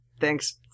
thanks